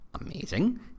amazing